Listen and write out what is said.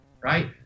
right